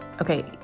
Okay